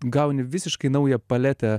gauni visiškai naują paletę